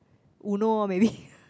Uno lor maybe